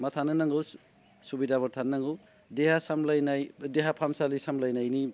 मा थानो नांगौ सुबिदाफोर थानो नांगौ देहा सामलायनाय देहा फाहामसालि सामलायनायनि